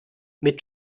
mit